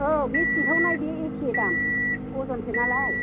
औ बे सिनखावनाय बे एके दाम अजनसो नालाय